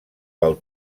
pel